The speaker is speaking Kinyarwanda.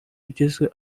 igize